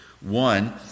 One